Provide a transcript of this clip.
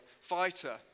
fighter